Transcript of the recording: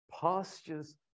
Pastures